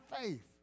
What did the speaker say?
faith